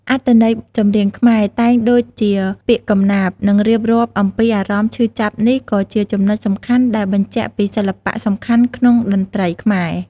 អត្ថបទចម្រៀងខ្មែរ តែងដូចជាពាក្យកំណាព្យ និងរៀបរាប់អំពីអារម្មណ៍ឈឺចាប់នេះក៏ជាចំណុចសំខាន់ដែលបញ្ជាក់ពីសិល្បៈសំខាន់ក្នុងតន្ត្រីខ្មែរ។